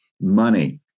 money